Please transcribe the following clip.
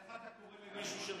איך אתה קורא למי שמשקר?